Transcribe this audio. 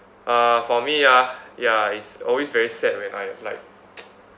uh for me ah ya it's always very sad when I like